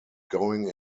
going